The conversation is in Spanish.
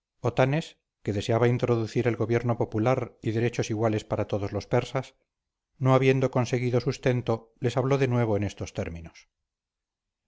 que deseaba introducir el gobierno popular y derechos iguales para todos los persas no habiendo conseguido sustento les habló de nuevo en estos términos